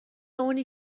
اونی